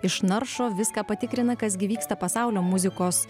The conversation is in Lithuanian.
išnaršo viską patikrina kas gi vyksta pasaulio muzikos